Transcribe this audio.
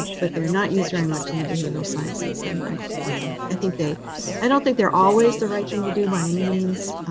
but they're not used very much in the behavioral sciences. and i i think they i don't think they're always the right thing to do by any means,